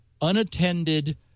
unattended